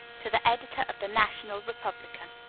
to the editor of the national republican.